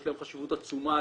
יש להם חשיבות עצומה,